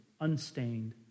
unstained